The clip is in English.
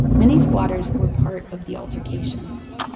many squatters were part of the altercations